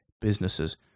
businesses